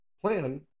plan